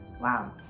Wow